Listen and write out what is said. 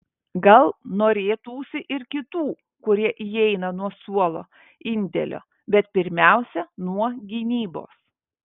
gal norėtųsi ir kitų kurie įeina nuo suolo indėlio bet pirmiausia nuo gynybos